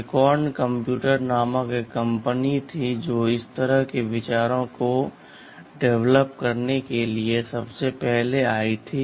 acorn computer नामक एक company थी जो इस तरह के विचारों को विकसित करने के लिए सबसे पहले आई थी